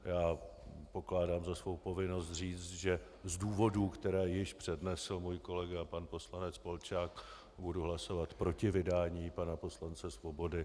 Já pokládám za svou povinnost říct, že z důvodů, které již přednesl kolega pan poslanec Polčák, budu hlasovat proti vydání pana poslance Svobody.